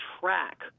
track